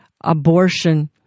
abortion